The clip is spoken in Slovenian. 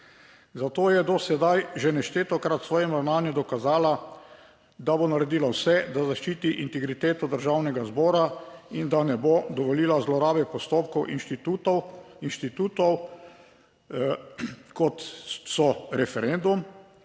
zato je do sedaj že neštetokrat v svojem ravnanju dokazala, da bo naredila vse, da zaščiti integriteto Državnega zbora, in da ne bo dovolila zlorabe postopkov inštitutov kot so referendum